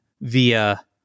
via